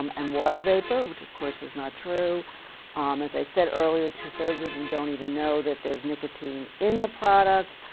um and water vapor, which of course, is not true um as i said earlier, two thirds of them don't even know that there's nicotine in the product.